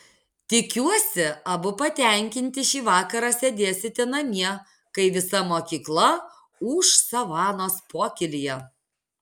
tikiuosi abu patenkinti šį vakarą sėdėsite namie kai visa mokykla ūš savanos pokylyje